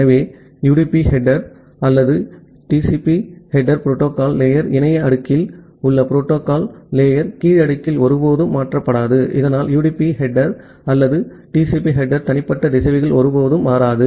எனவே யுடிபி தலைப்பு அல்லது டிசிபி தலைப்பு புரோட்டோகால் லேயர் இணைய அடுக்கில் உள்ள புரோட்டோகால் லேயர் கீழ் அடுக்கில் ஒருபோதும் மாற்றப்படாது இதனால் யுடிபி தலைப்பு அல்லது டிசிபி தலைப்பு தனிப்பட்ட திசைவிகளில் ஒருபோதும் மாறாது